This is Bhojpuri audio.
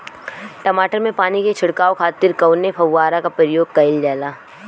टमाटर में पानी के छिड़काव खातिर कवने फव्वारा का प्रयोग कईल जाला?